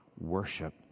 worship